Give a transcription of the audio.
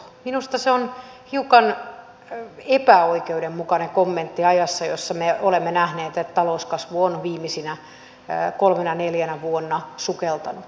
minusta se on hiukan epäoikeudenmukainen kommentti ajassa jossa me olemme nähneet että talouskasvu on viimeisenä kolmena neljänä vuonna sukeltanut